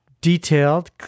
Detailed